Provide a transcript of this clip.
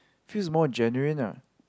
feels more genuine ah